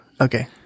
Okay